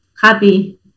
happy